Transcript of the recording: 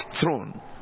throne